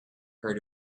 her